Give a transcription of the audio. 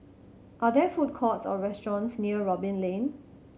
are there food courts or restaurants near Robin Lane